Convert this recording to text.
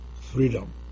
freedom